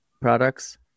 products